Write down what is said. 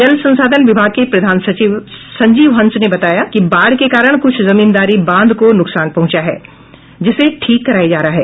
जल संसाधन विभाग के प्रधान सचिव संजीव हंस ने बताया कि बाढ़ के कारण कुछ जमीनदारी बांध को नुकसान पहंचा है जिसे ठीक करया जा रहा है